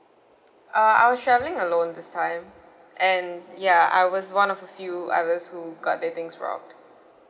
uh I was traveling alone this time and ya I was one of the few others who got their things robbed